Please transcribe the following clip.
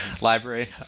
library